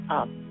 up